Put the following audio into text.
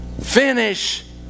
finish